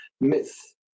myth